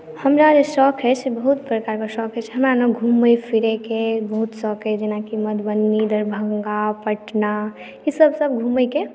हमरा जे शौक अछि से बहुत प्रकारके शौक अछि हमरा ने घूमय फिरयके बहुत शौक अछि जेनाकि मधुबनी दरभङ्गा पटना ईसभ सभ घूमयके